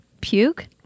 puke